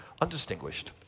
undistinguished